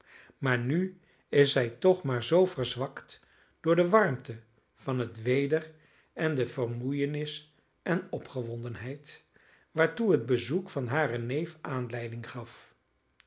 maar nu is zij toch maar zoo verzwakt door de warmte van het weder en de vermoeienis en opgewondenheid waartoe het bezoek van haren neef aanleiding gaf